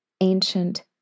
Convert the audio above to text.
ancient